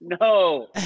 no